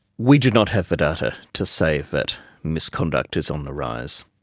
we do not have the data to say that misconduct is on the rise.